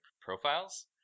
profiles